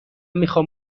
میخوام